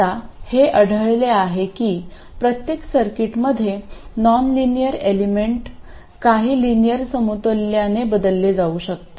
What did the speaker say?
आता हे आढळले आहे की प्रत्येक सर्किटमध्ये नॉनलिनियर एलिमेंट काही लिनियर समतुल्याने बदलले जाऊ शकते